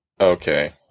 Okay